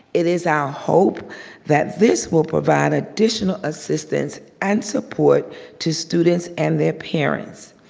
it is our hope that this will provide additional assistance and support to students and their parents.